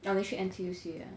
ah 你去 N_T_U_C ah